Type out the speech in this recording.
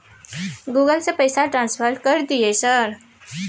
Google से से पैसा ट्रांसफर कर दिय सर?